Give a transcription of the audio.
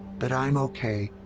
but i'm okay.